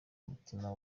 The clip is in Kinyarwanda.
umutima